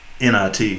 NIT